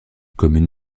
commune